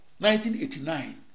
1989